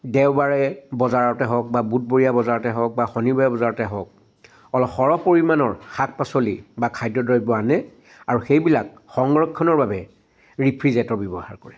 দেওবাৰে বজাৰতে হওক বা বুধবৰীয়া বজাৰতে হওক বা শণিবৰীয়া বজাৰতে হওক অলপ সৰহ পৰিমাণৰ শাক পাচলি বা খাদ্য দ্ৰব্য আনে আৰু সেইবিলাক সংৰক্ষণৰ বাবে ৰেফ্ৰিজৰেটৰ ব্যৱহাৰ কৰে